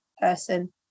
person